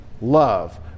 love